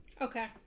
Okay